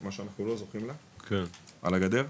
מה שאנחנו לא זוכים לה על הגדר.